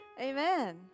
Amen